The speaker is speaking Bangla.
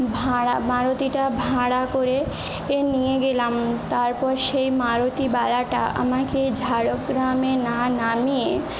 ভাঁড়া মারুতিটা ভাঁড়া করে এ নিয়ে গেলাম তারপর সেই মারুতিওয়ালাটা আমাকে ঝাড়গ্রামে না নামিয়ে